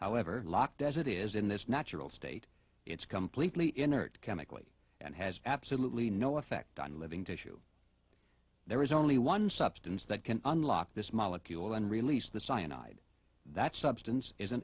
however locked as it is in this natural state it's completely inert chemically and has absolutely no effect on living tissue there is only one substance that can unlock this molecule and release the cyanide that substance is